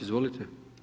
Izvolite.